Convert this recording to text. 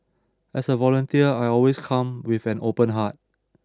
as a volunteer I always come with an open heart